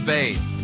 Faith